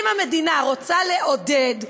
אם המדינה רוצה לעודד,